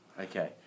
Okay